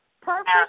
perfect